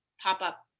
pop-up